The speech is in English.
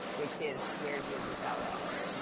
which is, where is isabella, or,